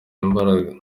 imbaraga